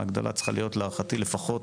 להערכתי, ההגדלה צריכה להיות ב-20% לפחות.